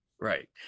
Right